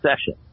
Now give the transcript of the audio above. session